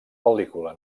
pel·lícula